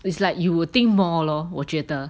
it's like you would think more lor 我觉得